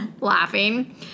laughing